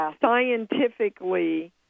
scientifically